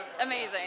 amazing